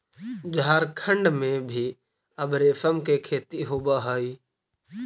झारखण्ड में भी अब रेशम के खेती होवऽ हइ